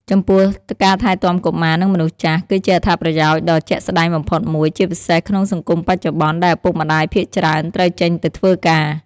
ចំពោះ ការថែទាំកុមារ និងមនុស្សចាស់ គឺជាអត្ថប្រយោជន៍ដ៏ជាក់ស្តែងបំផុតមួយ ជាពិសេសក្នុងសង្គមបច្ចុប្បន្នដែលឪពុកម្តាយភាគច្រើនត្រូវចេញទៅធ្វើការ។